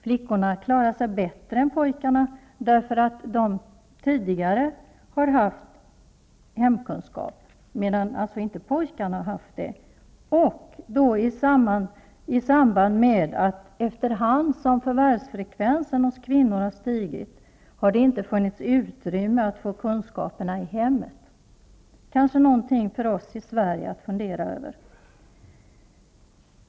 Flickorna klarar sig bättre än pojkarna eftersom de tidigare har läst hemkunskap medan pojkarna inte har gjort det. Efterhand som förvärvsfrekvensen hos kvinnorna har stigit, har det inte funnits utrymme att få kunskaperna i hemmet. Det kanske är någonting för oss i Sverige att fundera över.